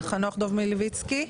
חנוך דב מילבצקי.